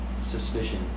suspicion